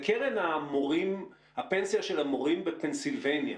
לקרן המורים, הפנסיה של המורים בפנסילבניה